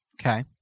Okay